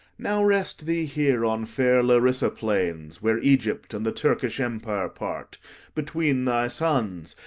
now rest thee here on fair larissa-plains, where egypt and the turkish empire part between thy sons,